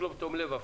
ושלא בתום לב,